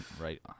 right